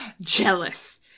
jealous